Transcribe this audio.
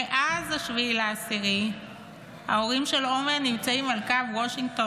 מאז 7 באוקטובר ההורים של עומר נמצאים על קו וושינגטון